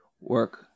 work